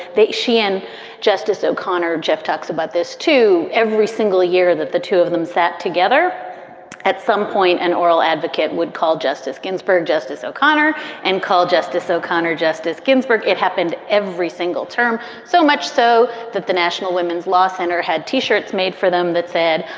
that she and justice o'connor, jeff, talks about this to every single. hear that the two of them sat together at some point an oral advocate would call justice ginsburg justice o'connor and call justice o'connor justice ginsburg. it happened every single term, so much so that the national women's law center had t-shirts made for them. that said,